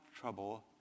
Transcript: trouble